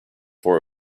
for